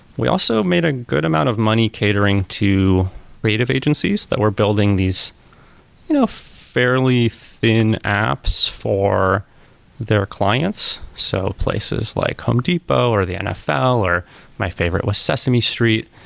we also made a good amount of money catering to creative agencies that we're building these you know fairly thin apps for their clients, so places like home depot, or the nfl, or my favorite was sesame street.